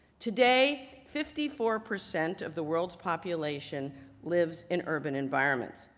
today fifty four percent of the world's population lives in urban environments.